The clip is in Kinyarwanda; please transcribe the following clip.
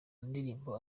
ndirimbo